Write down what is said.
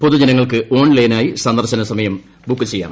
പൊതു ജനങ്ങൾക്ക് ഓൺലൈനായി സന്ദർശന സമയം ബുക്ക് ചെയ്യാം